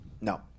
No